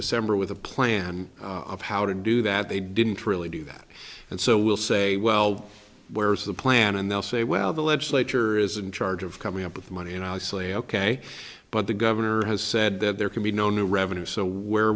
december with a plan of how to do that they didn't really do that and so we'll say well where's the plan and they'll say well the legislature is in charge of coming up with the money and i say ok but the governor has said that there can be no new revenue so where